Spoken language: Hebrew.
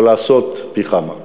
אבל לעשות, פי כמה.